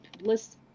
list